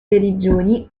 religioni